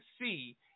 see